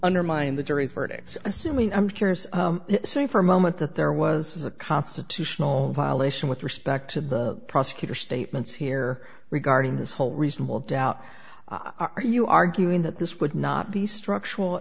undermine the jury's verdict assuming i'm curious saying for a moment that there was a constitutional violation with respect to the prosecutor statements here regarding this whole reasonable doubt are you arguing that this would not be structural